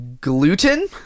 gluten